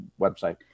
website